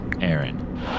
aaron